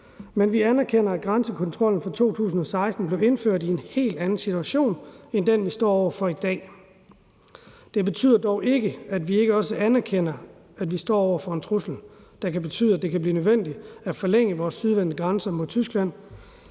men vi anerkender, at grænsekontrollen fra 2016 blev indført i en helt anden situation end den, vi står i i dag. Det betyder dog ikke, at vi ikke også anerkender, at vi står over for en trussel, der betyder, at det kan blive nødvendigt at forlænge vores sydvendte grænsekontroller mod Tyskland,